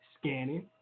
scanning